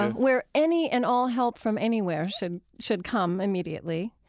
where any and all help from anywhere should should come immediately,